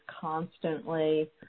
constantly